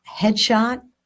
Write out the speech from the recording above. Headshot